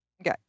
Okay